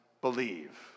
believe